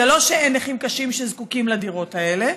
זה לא שאין נכים קשים שזקוקים לדירות האלה